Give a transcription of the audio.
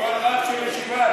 כל רב של ישיבה.